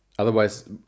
Otherwise